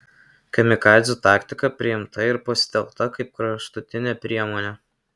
kamikadzių taktika priimta ir pasitelkta kaip kraštutinė priemonė